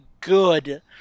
good